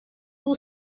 two